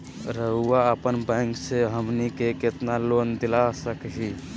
रउरा अपन बैंक से हमनी के कितना लोन दिला सकही?